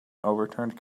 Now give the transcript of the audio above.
overturned